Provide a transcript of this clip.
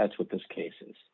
that's what this case